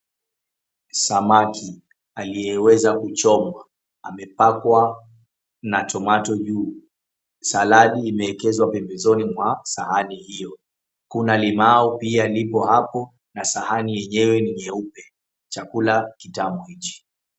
Samaki aliyeweza kuchomwa amepakwa na tomato juu. Saladi imewekezwa pembezoni mwa sahani hiyo. Kuna limau pia lipo hapo na sahani lenyewe ni nyeupe. Chakula kitamu hichi